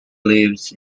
lives